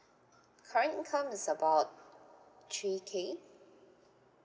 current income is about three K